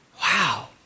wow